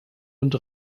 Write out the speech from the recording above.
und